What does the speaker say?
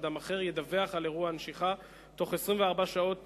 אדם אחר ידווח על אירוע הנשיכה תוך 24 שעות